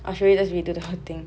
or should we just redo the whole thing